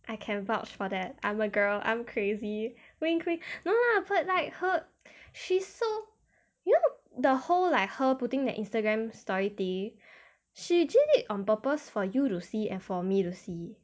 I can vouch for that I'm a girl I'm crazy when cra~ no lah but like her she's so you know the whole like her putting the instagram story thing she did it on purpose for you to see and for me to see